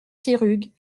sirugue